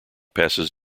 passes